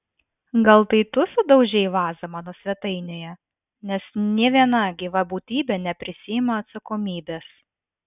gal tai tu sudaužei vazą mano svetainėje nes nė viena gyva būtybė neprisiima atsakomybės